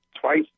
twice